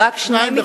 רק שניים.